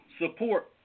support